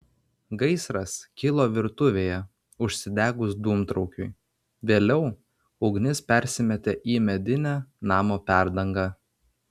gaisras kilo virtuvėje užsidegus dūmtraukiui vėliau ugnis persimetė į medinę namo perdangą